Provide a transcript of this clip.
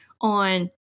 on